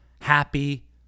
happy